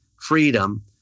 freedom